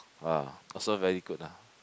ah also very good ah